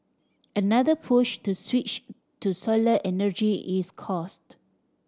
another push to switch to solar energy is cost